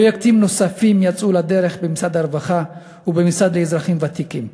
פרויקטים נוספים יצאו לדרך במשרד הרווחה ובמשרד לאזרחים ותיקים.